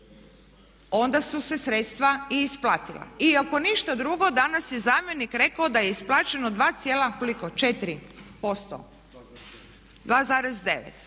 onda su se sredstva i isplatila. I ako ništa drugo danas je zamjenik rekao da je isplaćeno 2